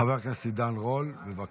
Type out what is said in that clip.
חבר הכנסת עידן רול, בבקשה.